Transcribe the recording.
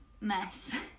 mess